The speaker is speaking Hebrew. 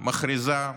מכריזה,